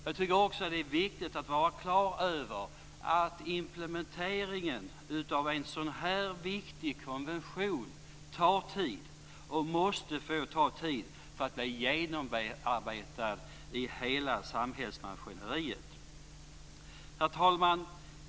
Jag tycker också att det är viktigt att vara klar över att implementeringen av en så här viktig konvention tar tid. Den måste få ta tid för att den skall bli genomarbetad i hela samhällsmaskineriet. Herr talman!